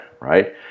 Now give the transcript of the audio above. right